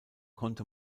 konnte